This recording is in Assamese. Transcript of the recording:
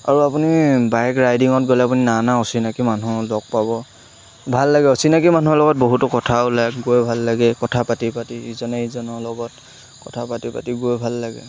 আৰু আপুনি বাইক ৰাইডিঙত গ'লে আপুনি নানা অচিনাকি মানুহ লগ পাব ভাল লাগে অচিনাকি মানুহৰ লগত বহুতো কথা ওলাই গৈ ভাল লাগে কথা পাতি পাতি ইজনে ইজনৰ লগত কথা পাতি পাতি গৈ ভাল লাগে